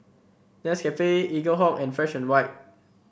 Nescafe Eaglehawk and Fresh And White